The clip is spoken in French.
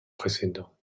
précédent